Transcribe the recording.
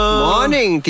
Morning